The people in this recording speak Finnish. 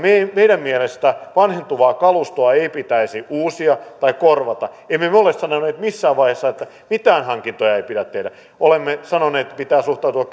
meidän mielestämme vanhentuvaa kalustoa ei pitäisi uusia tai korvata emme me me ole sanoneet missään vaiheessa että mitään hankintoja ei pidä tehdä olemme sanoneet että pitää suhtautua